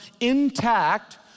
intact